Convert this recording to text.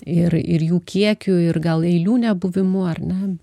ir ir jų kiekiu ir gal eilių nebuvimu ar ne